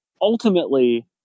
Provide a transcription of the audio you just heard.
ultimately